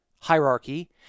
hierarchy